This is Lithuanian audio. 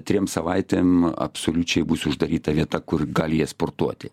trim savaitėm absoliučiai bus uždaryta vieta kur gali jie sportuoti